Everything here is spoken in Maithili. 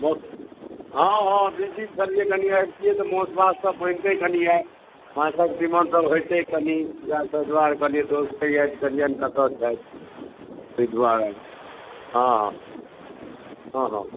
मासू हँ हँ बीजी छलियै कनि आबतियै तऽ मासू भात सभ बनतै कनि आइ माछक तीमन सभ होइतै कनि इएह सभ दुआरे कहलियै दोस्त कऽ याद करिअनि कतऽ छथि ताहि दुआरे हँ हँ